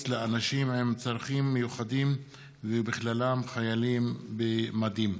לאנשים עם צרכים מיוחדים ובכללם חיילים במדים.